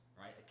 right